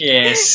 Yes